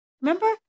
Remember